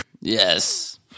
yes